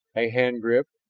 a hand grip,